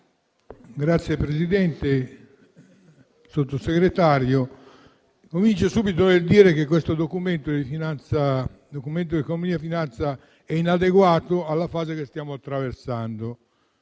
Signor Presidente, signor Sottosegretario, comincio subito col dire che il presente Documento di economia e finanza è inadeguato alla fase che stiamo attraversando.